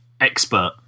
expert